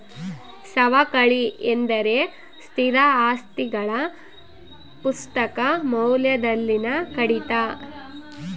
ಸವಕಳಿ ಎಂದರೆ ಸ್ಥಿರ ಆಸ್ತಿಗಳ ಪುಸ್ತಕ ಮೌಲ್ಯದಲ್ಲಿನ ಕಡಿತ